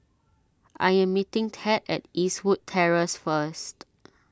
I am meeting Ted at Eastwood Terrace first